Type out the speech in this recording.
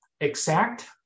exact